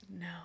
No